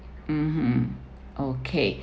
mmhmm okay